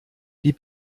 die